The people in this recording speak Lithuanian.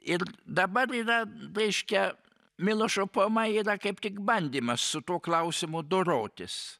ir dabar yra reiškia milošo poema yra kaip tik bandymas su tuo klausimu dorotis